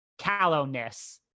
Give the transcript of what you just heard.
callowness